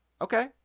Okay